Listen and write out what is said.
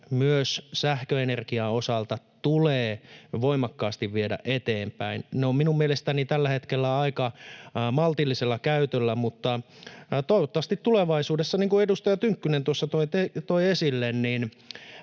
myös sähköenergian osalta tulee voimakkaasti viedä eteenpäin. Ne ovat mielestäni tällä hetkellä aika maltillisella käytöllä, mutta toivottavasti tulevaisuudessa... Niin kuin edustaja Tynkkynen tuossa toi esille,